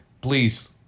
Please